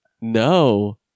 No